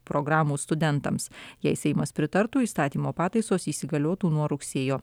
programų studentams jei seimas pritartų įstatymo pataisos įsigaliotų nuo rugsėjo